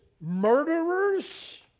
murderers